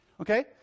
okay